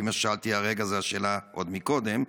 כי מה ששאלתי הרגע זו השאלה עוד מקודם,